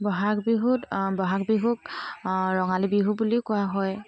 বহাগ বিহুত বহাগ বিহুক ৰঙালী বিহু বুলিও কোৱা হয়